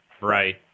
Right